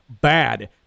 bad